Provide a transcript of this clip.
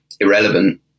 irrelevant